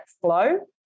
flow